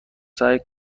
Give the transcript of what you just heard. سعی